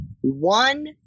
one